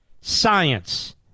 science